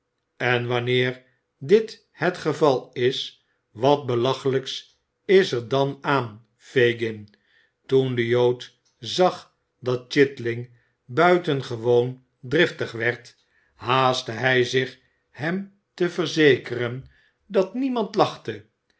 en wanneer dit het geval is wat belachelijks is er dan aan fagin toen de jood zag dat chitling buitengewoon driftig werd haastte hij zich hem te verzekeren dat niemand lachte